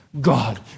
God